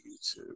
YouTube